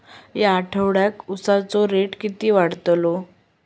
या आठवड्याक उसाचो रेट किती वाढतलो?